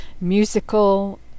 musical